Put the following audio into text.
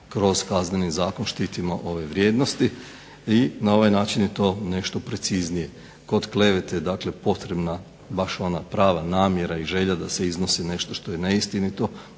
kroz kazneni zakon štitimo ove vrijednosti i na ovaj način je to nešto preciznije. Kod klevete je dakle potrebna baš ona prava namjera i želja da se iznosi nešto što je neistinito